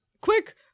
quick